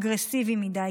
אגרסיבי מדי,